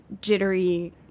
jittery